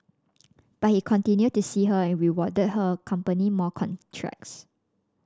but he continued to see her and rewarded her company more contracts